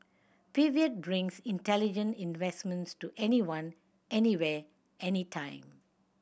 pivot brings intelligent investments to anyone anywhere anytime